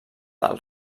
del